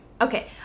Okay